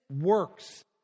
works